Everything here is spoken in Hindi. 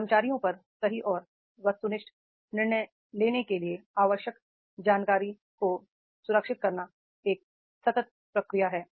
कर्मचारियों पर सही और वस्तुनिष्ठ निर्णय लेने के लिए आवश्यक जानकारी को सुरक्षित करना एक सतत प्रक्रिया है